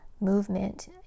movement